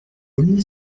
aulnay